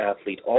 athlete